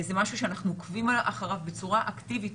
זה משהו שאנחנו עוקבים אחריו בצורה אקטיבית,